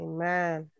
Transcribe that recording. Amen